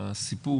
הסיפור,